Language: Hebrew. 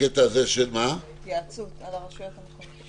בעניין ההתייעצות עם הרשויות המקומיות.